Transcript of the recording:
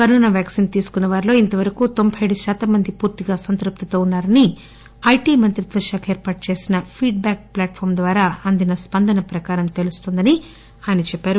corona vaccine తీసుకున్న వారిలో ఇంతవరకు తొంబై ఏడు శాతం మంది పూర్తిగా సంతృప్తితో ఉన్నారని ఐటీ మంత్రిత్వ శాఖ ఏర్పాటు చేసిన ఫీడ్ బ్యాక్ ప్లాట్పామ్ ద్వారా అందిన స్పందన ప్రకారం ఈ విషయం తెలుస్తుందని ఆయన అన్నారు